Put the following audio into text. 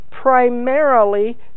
primarily